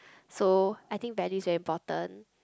so I think values very important